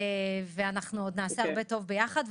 אנחנו עוד נעשה הרבה טוב ביחד.